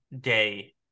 day